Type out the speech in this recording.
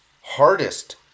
Hardest